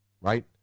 Right